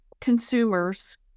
consumers